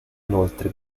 inoltre